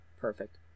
Perfect